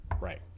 Right